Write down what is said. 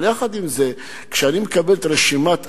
אבל יחד עם זה, כשאני מקבל את רשימת האירועים,